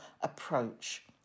approach